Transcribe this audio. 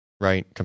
right